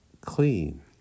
clean